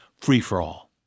free-for-all